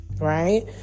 right